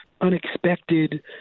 unexpected